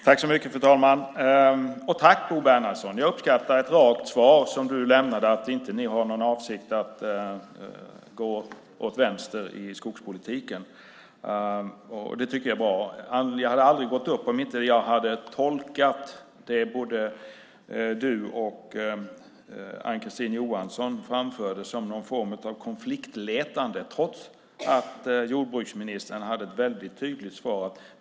Fru talman! Tack, Bo Bernhardsson! Jag uppskattar ett rakt svar som det du lämnade om att ni inte har någon avsikt att gå åt vänster i skogspolitiken. Det tycker jag är bra. Jag hade aldrig gått upp i debatten om jag inte hade tolkat det både du och Ann-Kristine Johansson framförde som någon form av konfliktletande trots att jordbruksministern hade ett tydligt svar.